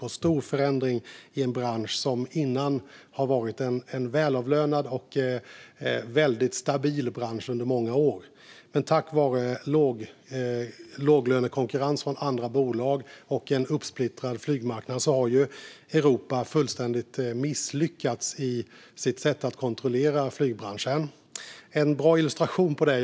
Det har varit en stor förändring i en bransch som innan har varit en välavlönad och väldigt stabil bransch under många år. På grund av låglönekonkurrens från andra bolag och en uppsplittrad flygmarknad har Europa fullständigt misslyckats i sitt sätt att kontrollera flygbranschen. Jag har en bra illustration av det.